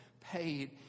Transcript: paid